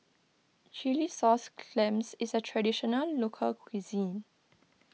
Chilli Sauce Clams is a Traditional Local Cuisine